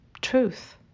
truth